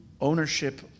ownership